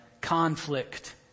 conflict